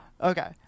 Okay